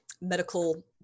medical